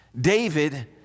David